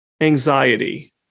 Anxiety